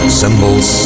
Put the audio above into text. symbols